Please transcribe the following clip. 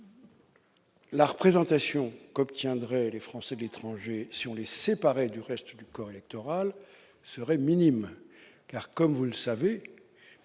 la représentation qu'obtiendraient les Français de l'étranger, si on les séparait du reste du corps électoral, serait minime. Vous le savez,